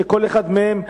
שכל אחד מהם ראוי,